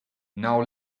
now